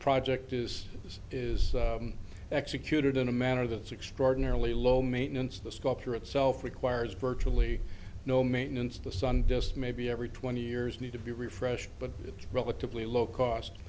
project is this is executed in a manner that's extraordinarily low maintenance the sculpture itself requires virtually no maintenance of the sun just maybe every twenty years need to be refreshed but it's relatively low